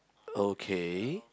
okay